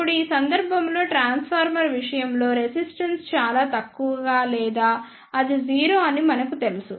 ఇప్పుడు ఈ సందర్భంలో ట్రాన్స్ఫార్మర్ విషయంలో రెసిస్టెన్స్ చాలా తక్కువగా లేదా అది 0 అని మనకు తెలుసు